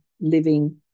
living